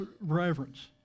reverence